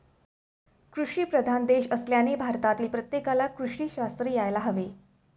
कृषीप्रधान देश असल्याने भारतातील प्रत्येकाला कृषी अर्थशास्त्र यायला हवे